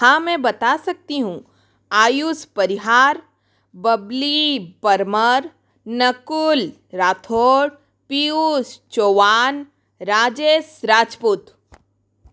हाँ मैं बता सकती हूँ आयुष परिहार बब्ली परमार नकुल राठोड पीयूष चौहान राजेश राजपूत